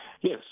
yes